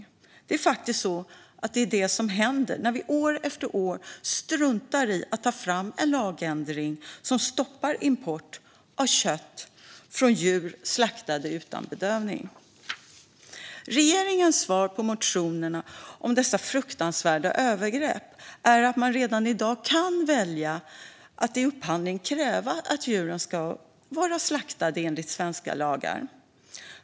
För det är faktiskt detta som händer när vi år efter år struntar i att ta fram en lagändring som stoppar import av kött från djur slaktade utan bedövning. Regeringens svar på motionerna om dessa fruktansvärda övergrepp är att man redan i dag kan välja att i upphandling kräva att djuren ska vara slaktade enligt svenska lagar.